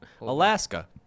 Alaska